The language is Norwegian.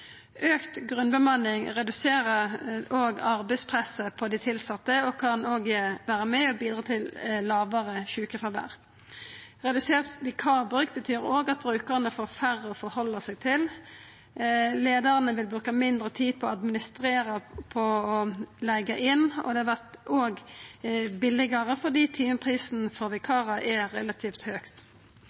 grunnbemanning reduserer òg arbeidspresset på dei tilsette og kan vera med på å bidra til lågare sjukefråvær. Redusert vikarbruk betyr òg at brukarane får færre å halda seg til, leiarane vil bruka mindre tid på å administrera det å leiga inn, og det vert billegare fordi timeprisen for vikarar er relativt